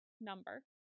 number